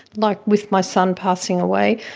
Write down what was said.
like with my son passing away,